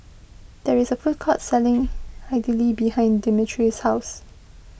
there is a food court selling Idili behind Demetrius' house